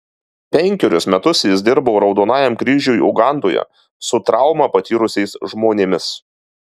penkerius metus jis dirbo raudonajam kryžiui ugandoje su traumą patyrusiais žmonėmis